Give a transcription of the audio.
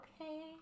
okay